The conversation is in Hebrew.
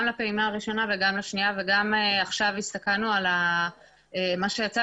גם לפעימה הראשונה וגם לשנייה וגם עכשיו הסתכלנו על מה שיצא